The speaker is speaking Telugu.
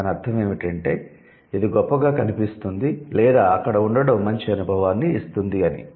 దానర్ధం ఏమిటంటే ఇది గొప్పగా కనిపిస్తుంది లేదా అక్కడ ఉండటం మంచి అనుభవాన్ని ఇస్తుంది అని